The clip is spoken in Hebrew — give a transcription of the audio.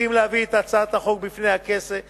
הסכים להביא את הצעת החוק בפני הכנסת,